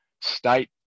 state